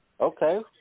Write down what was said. Okay